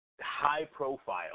high-profile